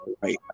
right